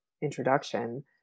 introduction